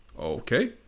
Okay